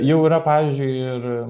jau yra pavyzdžiui ir